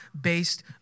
based